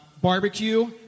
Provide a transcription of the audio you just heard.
barbecue